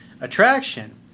attraction